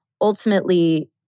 ultimately